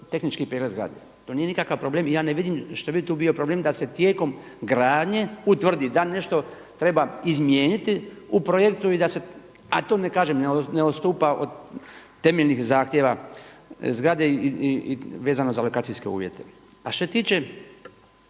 ne razumije./… zgrade. To nije nikakav problem i ja ne vidim što bi tu bio problem da se tijekom gradnje utvrdi da nešto treba izmijeniti u projektu i da se, a to ne kažem ne odstupa od temeljnih zahtjeva zgrade i vezano za lokacijske uvjete. A što se tiče,